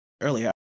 earlier